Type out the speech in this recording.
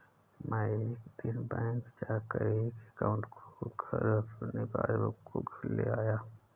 मै एक दिन बैंक जा कर एक एकाउंट खोलकर अपनी पासबुक को घर ले आया